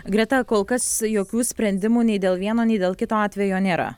greta kol kas jokių sprendimų nei dėl vieno nei dėl kito atvejo nėra